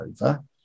over